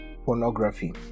pornography